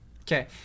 Okay